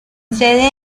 sede